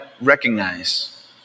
recognize